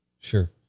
sure